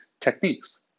techniques